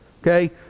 Okay